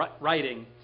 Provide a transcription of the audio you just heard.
writing